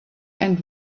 and